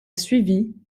suivit